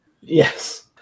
Yes